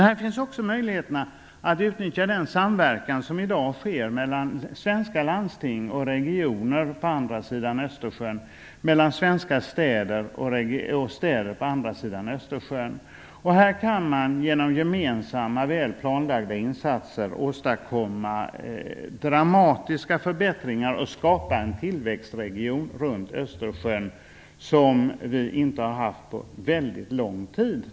Där finns också möjligheterna att utnyttja den samverkan som i dag sker mellan svenska landsting och regioner på andra sidan Östersjön, mellan svenska städer och städer på andra sidan Östersjön. Här kan man genom gemensamma väl planlagda insatser åstadkomma dramatiska förbättringar och skapa en tillväxtregion runt Östersjön som vi inte har haft på väldigt lång tid.